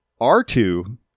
R2